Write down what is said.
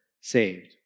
saved